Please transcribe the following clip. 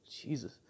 Jesus